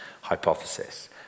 hypothesis